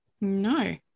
no